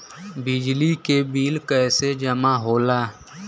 बिजली के बिल कैसे जमा होला?